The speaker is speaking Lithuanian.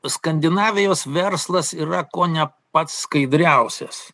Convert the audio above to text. skandinavijos verslas yra kone pats skaidriausias